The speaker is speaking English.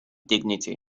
dignity